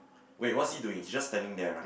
wait what's he doing he's just standing there right